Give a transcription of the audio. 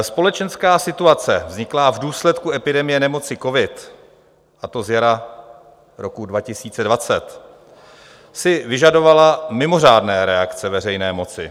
Společenská situace vzniklá v důsledku epidemie nemoci covid, a to zjara roku 2020, si vyžadovala mimořádné reakce veřejné moci.